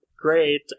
great